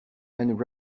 and